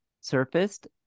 surfaced